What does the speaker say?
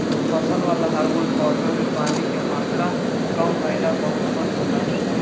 फसल वाला हॉर्मोन पौधा में पानी के मात्रा काम भईला पर उत्पन्न होला